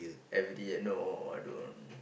everyday no I don't